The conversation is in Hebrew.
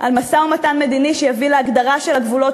על משא-ומתן מדיני שיביא להגדרה של הגבולות